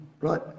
right